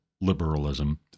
Liberalism